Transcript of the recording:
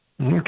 Okay